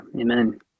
amen